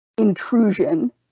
Intrusion